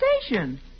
station